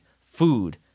food